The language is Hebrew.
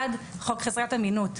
אחד, חוק חזקת אמינות.